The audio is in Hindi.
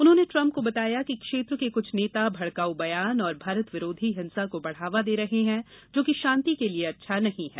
उन्होंने ट्रम्प को बताया कि क्षेत्र के कुछ नेता भड़काऊ बयान और भारत विरोधी हिंसा को बढ़ावा दे रहे हैं जो कि शांति के लिए अच्छा नहीं है